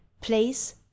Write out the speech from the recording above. place